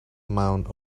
amount